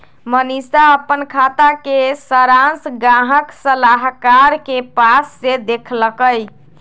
मनीशा अप्पन खाता के सरांश गाहक सलाहकार के पास से देखलकई